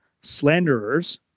slanderers